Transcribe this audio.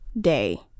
Day